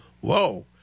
whoa